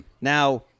Now